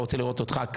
הוא רוצה לראות אותך.